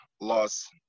loss